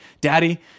daddy